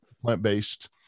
plant-based